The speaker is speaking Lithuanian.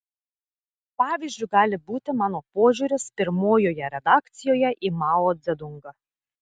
pavyzdžiu gali būti mano požiūris pirmojoje redakcijoje į mao dzedungą